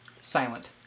Silent